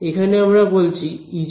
এখানে আমরা বলছি Ez 0